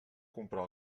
comprar